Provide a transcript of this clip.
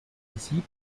sieb